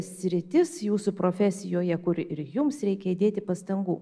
sritis jūsų profesijoje kur ir jums reikia įdėti pastangų